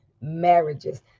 marriages